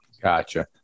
Gotcha